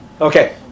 Okay